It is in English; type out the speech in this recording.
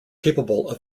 capable